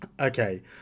Okay